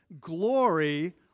Glory